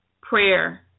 prayer